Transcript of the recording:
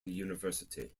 university